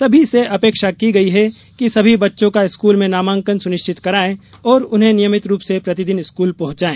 सभी से अपेक्षा की गई है कि सभी बच्चों का स्कूल में नामांकन सुनिश्चित करायें और उन्हें नियमित रूप से प्रतिदिन स्कूल पहुंचायें